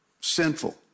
sinful